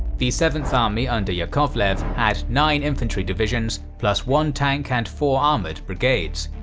the seventh army under yakovlev had nine infantry divisions, plus one tank and four armored brigades.